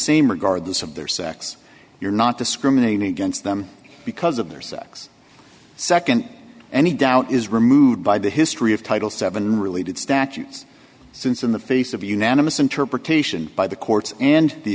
same regardless of their sex you're not discriminating against them because of their sex nd any doubt is removed by the history of title seven related statutes since in the face of unanimous interpretation by the courts and the